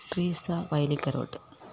Treesa Vayalikkarott